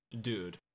Dude